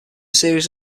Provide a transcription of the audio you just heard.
series